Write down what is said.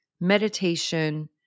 meditation